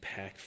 impactful